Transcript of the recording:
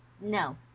No